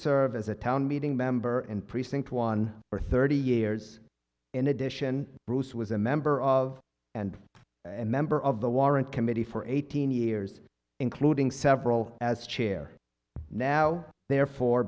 serve as a town meeting member and precinct one for thirty years in addition bruce was a member of and and member of the warrant committee for eighteen years including several as chair now therefore